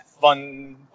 fun